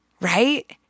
right